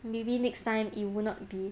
maybe next time it would not be